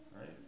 Right